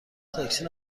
تاکسی